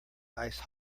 ice